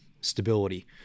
stability